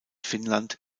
finnland